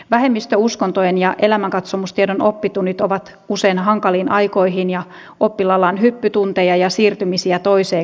vähemmistöuskontojen ja elämänkatsomustiedon oppitunnit ovat usein hankaliin aikoihin ja oppilaalla on hyppytunteja ja siirtymisiä toiseen kouluun